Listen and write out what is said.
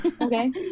Okay